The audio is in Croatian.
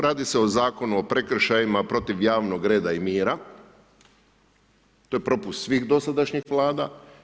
Radi se o Zakonu o prekršajima protiv javnog reda i mira, to je propust svih dosadašnjih Vlada.